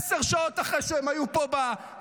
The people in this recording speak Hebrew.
עשר שעות אחרי שהם היו פה בוועדה,